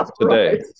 today